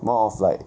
more of like